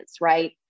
right